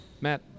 Matt